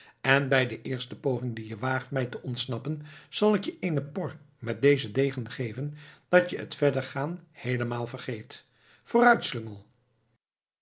en bij de eerste poging die je waagt mij te ontsnappen zal ik je eene por met dezen degen geven dat je het verder gaan heelemaal vergeet